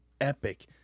epic